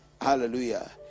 Hallelujah